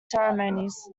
ceremonies